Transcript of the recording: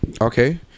Okay